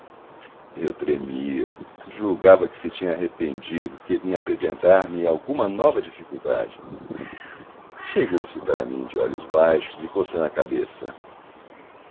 eu tremia julgava que se tinha arrependido que vinha apresentar me alguma nova dificuldade chegou-se para mim de olhos baixos e coçando a cabeça